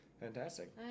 fantastic